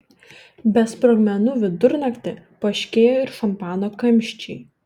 be sprogmenų vidurnaktį poškėjo ir šampano kamščiai